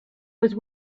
was